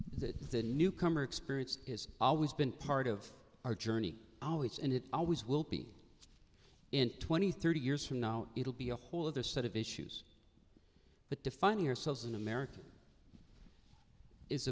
the newcomer experience is always been part of our journey always and it always will be in twenty thirty years from now it'll be a whole other set of issues but defining ourselves in america is